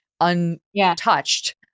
untouched